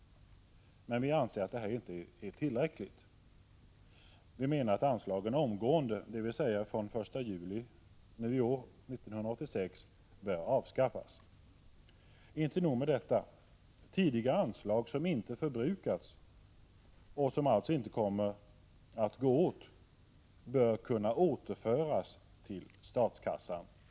Men vi anser att detta inte är tillräckligt. Vi menar att anslagen omgående, dvs. från den 1 juli 1986, bör avskaffas. Inte nog med detta. Tidigare anslag som inte förbrukats och som alltså inte kommer att gå åt bör kunna återföras till statskassan.